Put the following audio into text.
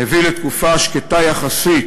הביא לתקופה שקטה יחסית,